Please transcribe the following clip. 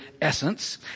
essence